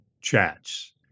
chats